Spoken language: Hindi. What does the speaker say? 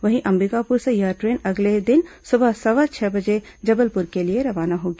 वहीं अंबिकापुर से यह ट्रेन अगले दिन सुबह सवा छह बजे जबलपुर के लिए रवाना होगी